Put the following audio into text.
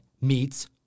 meets